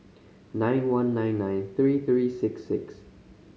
nine one nine nine three three six six